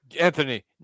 Anthony